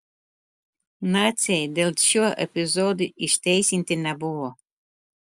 naciai dėl šio epizodo išteisinti nebuvo